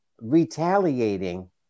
retaliating